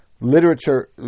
Literature